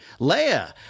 Leia